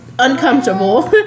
uncomfortable